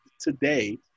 today